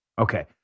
Okay